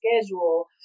schedule